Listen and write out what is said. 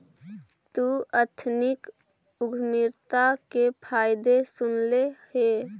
तु एथनिक उद्यमिता के फायदे सुनले हे?